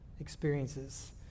experiences